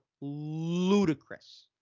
ludicrous